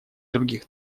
других